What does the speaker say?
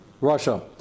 Russia